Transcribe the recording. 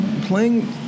playing